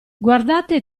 guardate